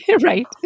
Right